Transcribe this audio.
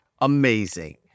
amazing